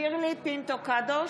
שירלי פינטו קדוש,